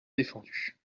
défendu